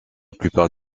plupart